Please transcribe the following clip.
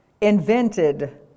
invented